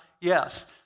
Yes